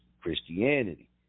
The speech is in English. Christianity